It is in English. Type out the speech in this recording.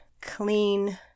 clean